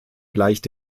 gleicht